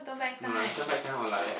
no lah turn back time or like